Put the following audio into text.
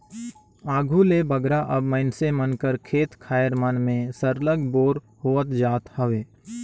आघु ले बगरा अब मइनसे मन कर खेत खाएर मन में सरलग बोर होवत जात हवे